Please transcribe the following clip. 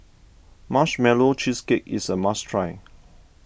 Marshmallow Cheesecake is a must try